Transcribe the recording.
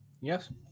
Yes